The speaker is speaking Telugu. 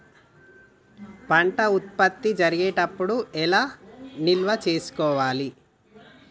పంట ఉత్పత్తి జరిగేటప్పుడు ఎలా నిల్వ చేసుకోవాలి?